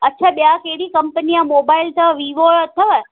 अच्छा ॿिया कहिड़ी कंपनी या मोबाइल अथव वीवो जो अथव